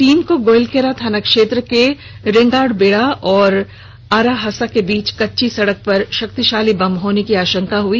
team को गोइलकेरा थाना क्षेत्र के रेंगाड़बेड़ा और आराहासा के बीच कच्ची सड़क पर शक्तिशाली बम होने की आशंका हुई